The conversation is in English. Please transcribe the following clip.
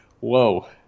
Whoa